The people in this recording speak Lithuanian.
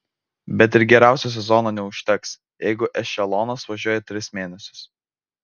bet ir geriausio sezono neužteks jeigu ešelonas važiuoja tris mėnesius